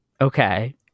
Okay